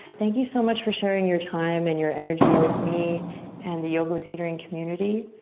thank you so much for sharing your time and your energy with me and the yoga with adriene community.